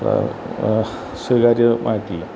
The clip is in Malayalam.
സ്വീകാര്യമായിട്ടില്ല